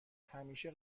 همیشه